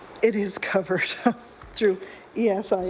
it is covered through yeah so